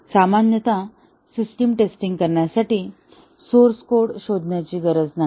सामान्यतः system testing करण्यासाठी source code शोधण्याची गरज नाही